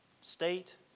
state